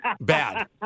bad